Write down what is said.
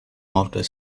outer